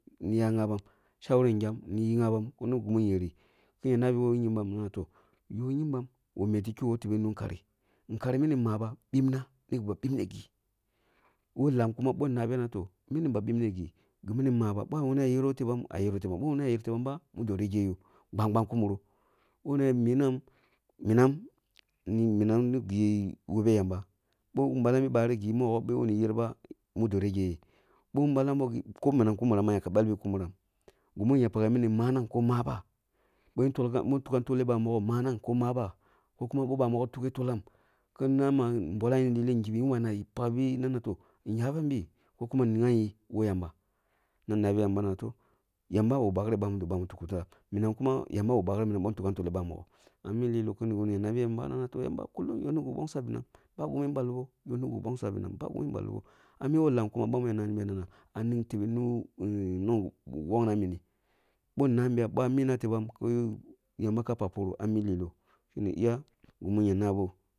Niya ghabau, shawaren gyam niyi ghaban nigimin nyeri kín ya nabi woh ghyembam mana toh, yoh ghyembam wa meti kigho woh nu kari, nkari mini maba ɓipna ni ba mpipne gi woh lam kuma bin nabiya na toh mini ni ba mpipne gi ba yero tebam ah yero tebam, bi wuna yer tebam ba mudo rege yoh mbagbam kumari, bi wuni minam minam ni minam gi wube yamba boh balam bi bari gi mogho kumi yerba mudo rege ye boh balam boh ko minam nigi kumuram, gimi ya paghe mina manang ko maba boh tugam foleh bamogho ko kuma bi bami tughe tolam ki kuma bamogho tughe tolam ki nama bolam yi ko gibi yin wawuna pakbi nana foh, nigambi ko nigamyi woh yamba nan nabi yamba na toh yamba wa bakri bamido bami tukuni folam, minam kuma yamba wa bakri minam bin tukan toleh bamogho nna mi loloh kina toh nabi yamba na yamba yoh nigi gbonsoh ba gimin baliboh yoh nigi nbonsoh ah benam ba gimin baliboh yoni gi nbonsoh ah benam ba gimin baliboh ah mi woh lam kuma min yiri nabiya nana ba ning tebe nu gi nu gi wokna mini bon nam̍biya ka naina tebaam ki ku yamba ka pak poroh ah mi liloh mini ni iya gimi ya nabo.